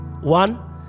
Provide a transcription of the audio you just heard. One